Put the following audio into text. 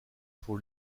pour